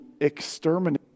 exterminate